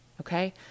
Okay